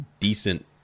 decent